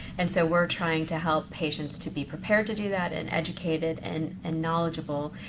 and so we're trying to help patients to be prepared to do that, and educated, and and knowledgeable,